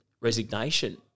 resignation